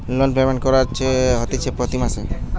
loan payment কুরঢ হতিছে প্রতি মাসে